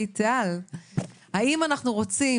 אני לא מדברת